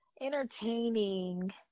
entertaining